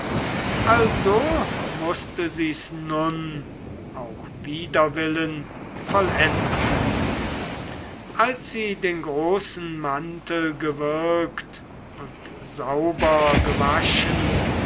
also mußte sie's nun auch wider willen vollenden als sie den großen mantel gewirkt und sauber gewaschen